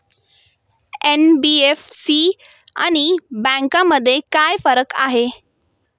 NBFC आणि बँकांमध्ये काय फरक आहे?